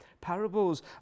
parables